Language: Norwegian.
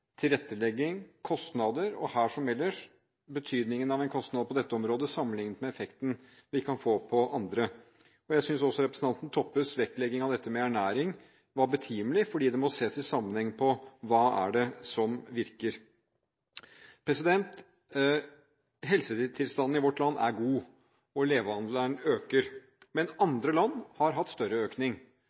tilrettelegging, kostnader og, her som ellers, betydningen av en kostnad på dette området sammenlignet med effekten vi kan få på andre områder. Jeg synes også representanten Toppes vektlegging av ernæring var betimelig, fordi det må ses på i sammenheng: Hva er det som virker? Helsetilstanden i vårt land er god, og levealderen øker. Men andre land har hatt større økning